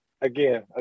again